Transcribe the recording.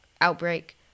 outbreak